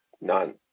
None